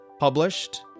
published